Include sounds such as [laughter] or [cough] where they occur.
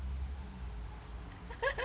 [laughs]